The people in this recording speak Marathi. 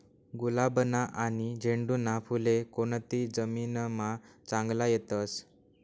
गुलाबना आनी झेंडूना फुले कोनती जमीनमा चांगला येतस?